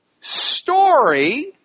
story